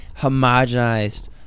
homogenized